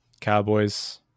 Cowboys